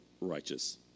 righteous